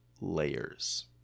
layers